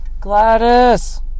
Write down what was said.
Gladys